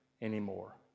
Anymore